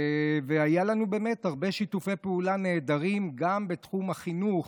היו לנו הרבה שיתופי פעולה נהדרים גם בתחום החינוך: